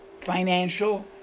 financial